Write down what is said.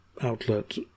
outlet